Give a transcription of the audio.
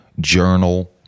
journal